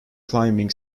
climbing